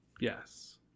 Yes